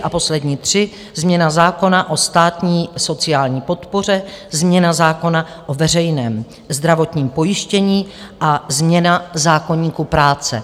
A poslední tři změna zákona o státní sociální podpoře, změna zákona o veřejném zdravotním pojištění a změna zákoníku práce.